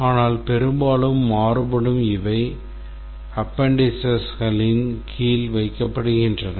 ஆனால் பெரும்பாலும் மாறுபடும் இவை appendicesகளின் கீழ் வைக்கப்படுகின்றன